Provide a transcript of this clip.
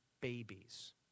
babies